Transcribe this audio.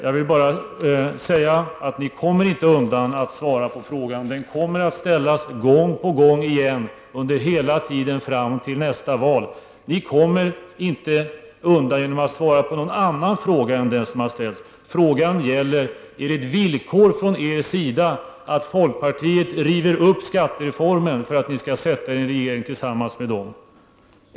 Jag vill bara säga att ni inte kommer undan att svara på frågan. Den kommer att ställas gång på gång under hela tiden fram till nästa val. Ni kommer inte undan genom att svara på någon annan fråga än den som har ställts. Frågan gäller: Är det ett villkor från er sida, för att ni skall sätta er i en regering tillsammans med folkpartiet, att folkpartiet river upp skattereformen?